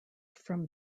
from